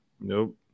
Nope